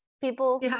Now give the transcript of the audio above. People